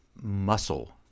muscle